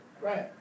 Right